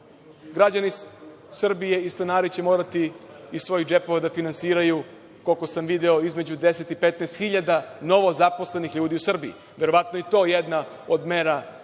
građani Srbije i stanari će morati iz svojih džepova da finansiraju, koliko sam video, između 10 i 15 hiljada novo zaposlenih ljudi u Srbiji. verovatno je i to jedna od mera